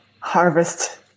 harvest